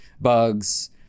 Bugs